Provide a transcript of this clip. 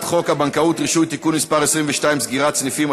חוק הבנקאות (רישוי) (תיקון מס' 22) (סגירת סניפים),